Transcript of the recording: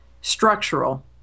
structural